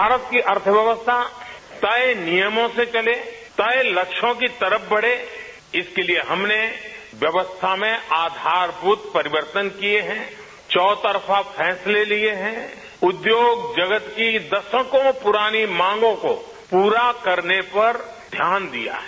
भारत की अर्थव्यवस्था तय नियमों से चले तय लक्ष्यों की तरफ बढ़े इसके लिए हमने व्यवस्था में आधारभूत परिवर्तन किए हैं चौतरफा फैसले लिए हैं उद्योग जगत की दशकों पुरानी मांगों को पूरा करने पर ध्यान दिया है